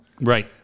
Right